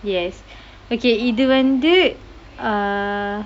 yes okay இது வந்து:ithu vanthu uh